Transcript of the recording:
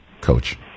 coach